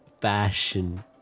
fashion